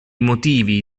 motivi